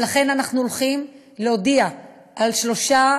ולכן, אנחנו הולכים להודיע על שלושה